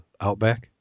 outback